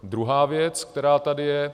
Druhá věc, která tady je.